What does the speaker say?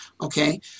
Okay